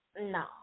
no